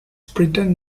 pretend